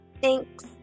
Thanks